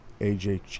AJ